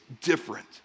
different